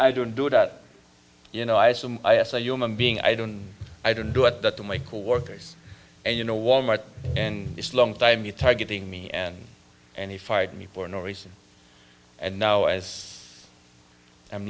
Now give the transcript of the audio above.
i don't do that you know i assume a human being i don't i don't do it that to my coworkers and you know wal mart and its longtime you targeting me and and he fired me for no reason and now as i'm